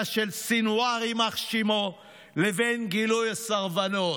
של סנוואר יימח שמו לבין גילוי הסרבנות.